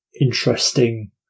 interesting